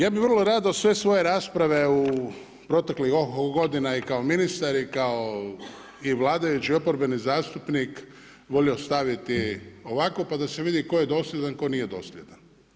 Ja bih vrlo rado sve svoje rasprave u proteklih oho, ho godina i kao ministar i vladajući i oporbeni zastupnik volio staviti ovako, pa da se vidi tko je dosljedan, tko nije dosljedan.